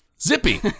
Zippy